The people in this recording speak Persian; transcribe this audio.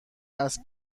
است